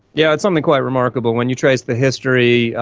yeah it's something quite remarkable. when you trace the history,